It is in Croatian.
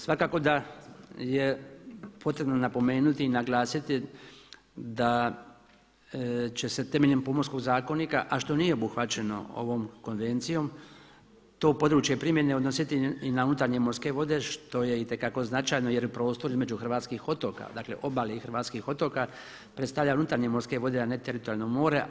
Svakako da je potrebno napomenuti i naglasiti da će se temeljem Pomorskog zakonika, a što nije obuhvaćeno ovom konvencijom to područje primjene odnositi i na unutarnje morske vode što je itekako značajno jer je prostor između hrvatskih otoka, dakle obale i hrvatskih otoka predstavlja unutarnje morske vode, a ne teritorijalno more.